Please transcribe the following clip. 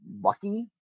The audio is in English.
lucky